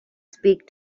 speak